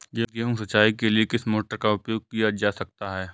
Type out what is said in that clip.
गेहूँ सिंचाई के लिए किस मोटर का उपयोग किया जा सकता है?